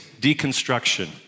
deconstruction